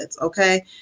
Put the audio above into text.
Okay